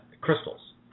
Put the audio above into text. crystals